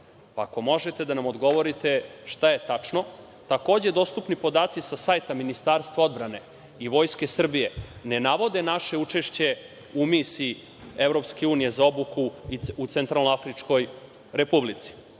Ako možete da nam odgovorite šta je tačno? Takođe, dostupni podaci sa sajta Ministarstva odbrane i Vojske Srbije ne navode naše učešće u misiji Evropske unije za obuku u Centralnoafričkoj Republici,